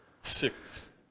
six